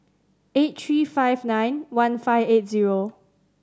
eight three five nine one five eight zero